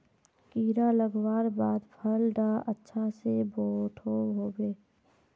कीड़ा लगवार बाद फल डा अच्छा से बोठो होबे?